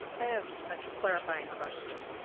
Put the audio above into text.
i have a clarifying question.